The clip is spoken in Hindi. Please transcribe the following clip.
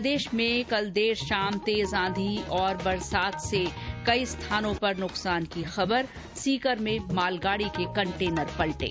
राज्य में कल देर शाम तेज आंधी और बारिश से कई स्थानों पर नुकसान की खबर सीकर में मालगाड़ी के कंटेनर पलटे